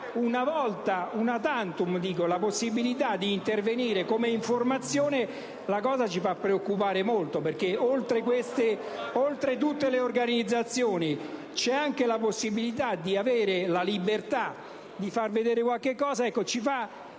anche *una tantum*, la possibilità di intervenire come informazione, la cosa ci fa preoccupare molto, perché, oltre a tutte le organizzazioni, c'è anche la possibilità di avere la libertà di far vedere qualcosa. Ciò ci